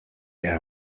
our